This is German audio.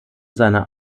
seiner